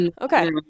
Okay